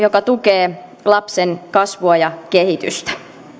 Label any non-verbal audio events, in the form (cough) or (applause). (unintelligible) joka tukee lapsen kasvua ja kehitystä